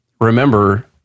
Remember